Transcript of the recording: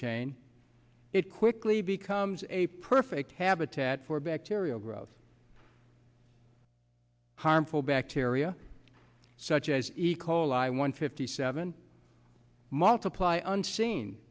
chain it quickly becomes a perfect habitat for bacterial growth harmful bacteria such as ecoli one fifty seven multiply unseen